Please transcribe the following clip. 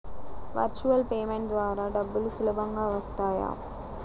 Virtual payment ద్వారా డబ్బులు సులభంగా వస్తాయా?